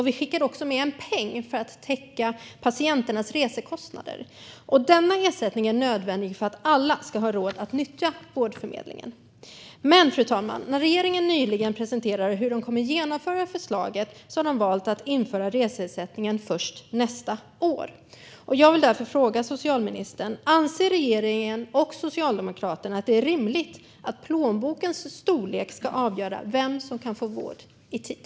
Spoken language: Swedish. Vi skickade också med en peng för att täcka patienternas resekostnader. Denna ersättning är nödvändig för att alla ska ha råd att nyttja vårdförmedlingen. Men, fru talman, när regeringen nyligen presenterade hur de kommer att genomföra förslaget visade det sig att de valt att införa reseersättningen först nästa år. Jag vill därför fråga socialministern: Anser regeringen och Socialdemokraterna att det är rimligt att plånbokens storlek ska avgöra vem som kan få vård i tid?